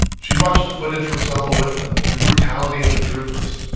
she watched the footage from selma with him, the brutality of the troopers.